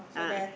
ah